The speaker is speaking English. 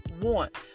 want